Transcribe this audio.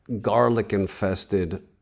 garlic-infested